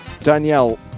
Danielle